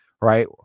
right